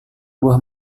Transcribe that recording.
buah